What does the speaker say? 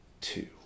two